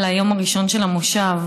על היום הראשון של המושב,